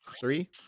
Three